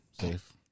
Safe